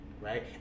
right